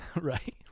right